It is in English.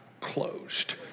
closed